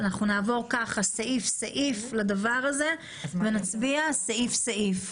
אנחנו נעבור סעיף סעיף ונצביע סעיף סעיף,